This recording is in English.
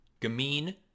Gamine